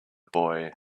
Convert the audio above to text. boy